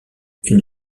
une